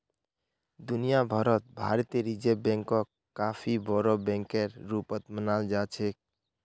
दुनिया भर त भारतीय रिजर्ब बैंकक काफी बोरो बैकेर रूपत मानाल जा छेक